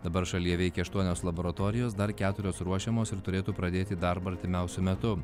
dabar šalyje veikia aštuonios laboratorijos dar keturios ruošiamos ir turėtų pradėti darbą artimiausiu metu